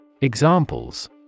Examples